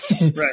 Right